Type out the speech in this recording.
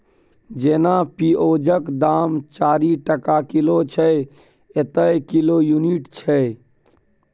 जेना पिओजक दाम चारि टका किलो छै एतय किलो युनिट छै